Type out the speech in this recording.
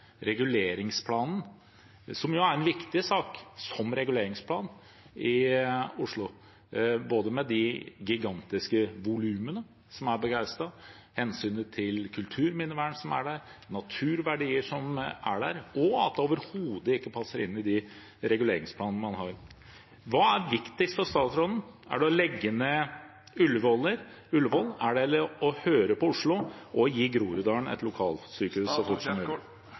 reguleringsplanen, som er en viktig sak som reguleringsplan i Oslo. Både med de gigantiske volumene på Gaustad og hensynet til kulturminnevern og naturverdier der, passer det overhodet ikke inn i de reguleringsplanene man har. Hva er viktigst for statsråden? Er det å legge ned Ullevål, eller er det å høre på Oslo og gi Groruddalen et lokalsykehus?